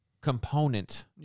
component